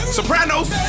Sopranos